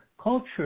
culture